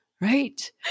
right